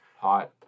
hot